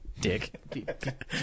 Dick